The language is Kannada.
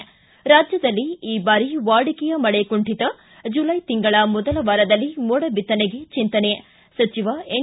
ಿತ ರಾಜ್ದದಲ್ಲಿ ಈ ಬಾರಿ ವಾಡಿಕೆಯ ಮಳೆ ಕುಂಠಿತ ಜುಲ್ಟೆ ತಿಂಗಳ ಮೊದಲ ವಾರದಲ್ಲಿ ಮೋಡ ಬಿತ್ತನೆಗೆ ಚಿಂತನೆ ಸಚಿವ ಎನ್